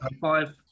five